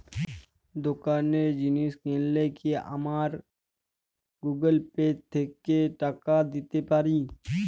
দোকানে জিনিস কিনলে কি আমার গুগল পে থেকে টাকা দিতে পারি?